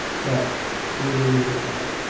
well we will leave it at that.